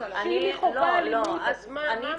שהיא חווה אלימות אז מה המשמעות?